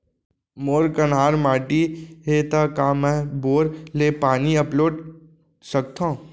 मोर कन्हार माटी हे, त का मैं बोर ले पानी अपलोड सकथव?